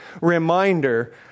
reminder